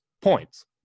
points